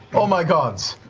oh my gods.